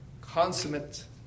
consummate